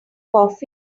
coffee